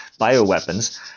bioweapons